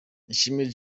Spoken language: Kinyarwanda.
ishimwe